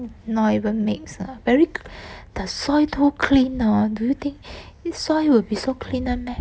not even mix ah very the soil too clean hor do you think which soil will be so clean [one] meh